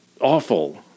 awful